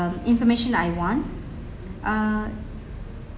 um information I want uh